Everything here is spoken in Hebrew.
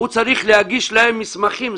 הוא צריך להגיש להם מסמכים.